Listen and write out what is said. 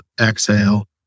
exhale